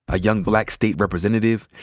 a young black state representative,